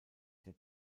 der